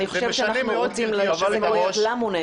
אנחנו רוצים לדעת למה הוא נעצר.